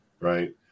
right